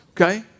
okay